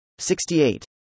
68